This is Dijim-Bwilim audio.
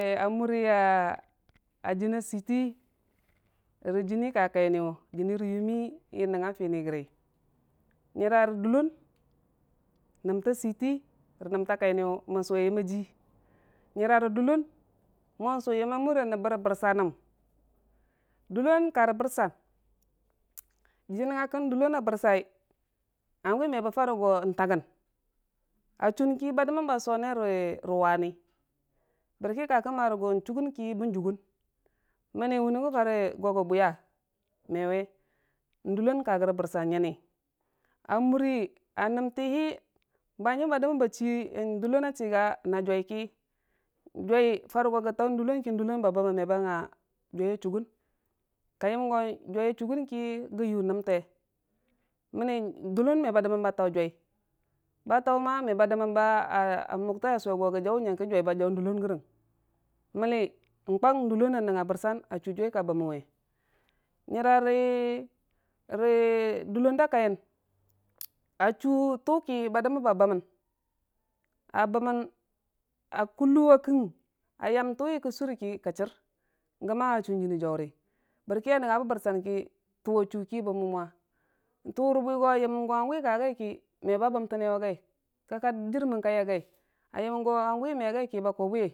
A muriya a jiiniya seiti, rə jiini ka kainiyu, jurni rə yumimi, ye nəngnga funii rəggi nyəra rə dəllon, namta selti nən namta kaiyu mən su yəmmajii. Nyəra rə dəllon, mo suu təm ma mura nəbbə rə biryanəm, dəlloni karə birsan, jiiya nəngnga kə dəllon a birsai, hangu me bə fare go taggin, a chunki ba dəmmən a suggəne rə wani bəraki ka kəmmare go chugən ki bən jurgən, manni wunne gə fare go gə bwiya mewe. Dəllon ka rə bɨrsan nyani, amuri a namtihi, bahanjim ba dəmən achi, N'dəllon a chiga na jwai ki, jwai bə fau gona gə tau dəllonki dəllon ba bəmmən, meba nga jaiya chugən. Ka yəmgo jwai a chugənki gə yuu namte, mənni dəllon me ba dəmən a tau jwai, ba tau mə ba dəman a mugte a jau nyənin jwai ba juu dəllon rəgəng, mənni n'kwag dəllon a nəngnga bɨrsan a chʊjwai ka bəmmənwe, nyara rə, rə dəllon da kaiyən achir tuaki ba dəmmən ba bəmmən, a bəmmən a kulu a kəng, a yam tuuwi kə sur ki ka chir, gəma a chʊ jiini jauri, bɨrki a nəngnga bə bɨrsan ki, tuu a chuki bə mwammwa, tuu rə bwigo a yəm go hangu ka gai ki, məba bəmtənewa gai kəka dirmən kai a gai.